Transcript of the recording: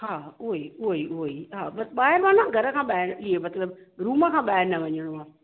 हा उहो ई उहो ई उहो ई हा बसि ॿाहिरि माना घर खां ॿाहिरि इएं मतिलबु रूम खां ॿाहिरि न वञणो आहे हा हा